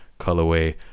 colorway